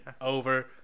over